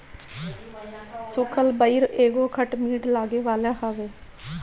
सुखल बइर एगो खट मीठ लागे वाला फल हवे